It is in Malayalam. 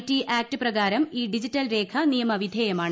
റ്റി ആക്ട് പ്രകാരം ഈ ഡിജിറ്റൽ രേഖ നിയമവിധേയമാണ്